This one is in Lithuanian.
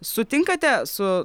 sutinkate su